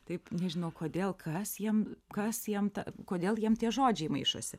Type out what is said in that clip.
taip nežinau kodėl kas jiem kas jiem ta kodėl jiem tie žodžiai maišosi